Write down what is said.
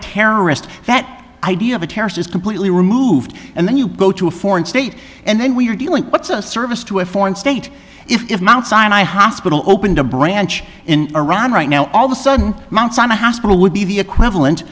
terrorist that idea of a terrorist is completely removed and then you go to a foreign state and then we're dealing what's a service to a foreign state if mt sinai hospital opened a branch in iran right now all of a sudden mount sinai hospital would be the equivalent